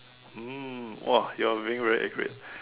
mm !wah! you're being very accurate